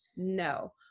No